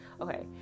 Okay